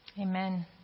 Amen